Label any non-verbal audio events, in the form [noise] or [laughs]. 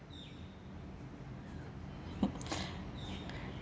[laughs]